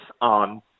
on